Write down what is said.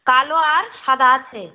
কালো আর সাদা আছে